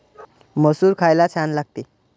मसूर खायला छान लागते